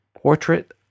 portrait